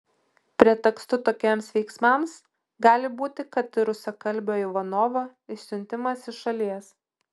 pretekstu tokiems veiksmams gali būti kad ir rusakalbio ivanovo išsiuntimas iš šalies